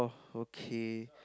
okay